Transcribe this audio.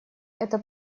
это